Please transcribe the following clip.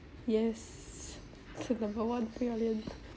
yes so number one